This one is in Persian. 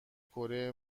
کره